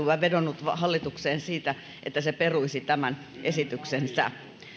ja vedonnut hallitukseen että se peruisi tämän esityksensä